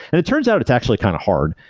and it turns out it's actually kind of hard,